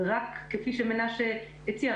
כפי שמנשה הציע,